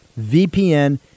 VPN